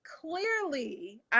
clearly